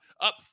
Up